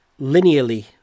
linearly